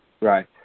right